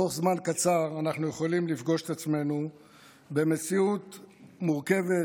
בתוך זמן קצר אנחנו יכולים לפגוש את עצמנו במציאות מורכבת,